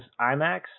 IMAX